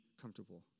comfortable